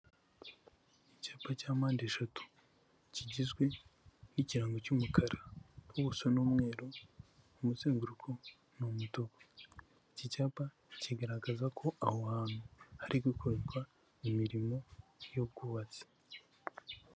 Icyapa cya mpande eshatu. Kigizwe n'ikirango cy'umukara ubuso n'umweru, umuzenguruko ni umutuku. Iki cyapa kigaragaza ko aho hantu hari gukorerwa imirimo y'ubwubatsi.